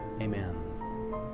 amen